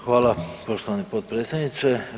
Hvala poštovani potpredsjedniče.